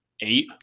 Eight